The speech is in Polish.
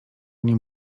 nim